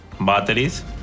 batteries